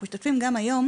ואנחנו משתתפים גם היום,